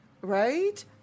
right